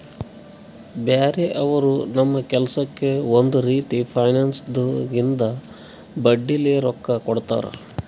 ಬ್ಯಾರೆ ಅವರು ನಮ್ ಕೆಲ್ಸಕ್ಕ್ ಒಂದ್ ರೀತಿ ಫೈನಾನ್ಸ್ದಾಗಿಂದು ಬಡ್ಡಿಲೇ ರೊಕ್ಕಾ ಕೊಡ್ತಾರ್